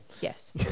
Yes